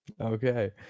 Okay